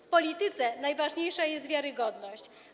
W polityce najważniejsza jest wiarygodność.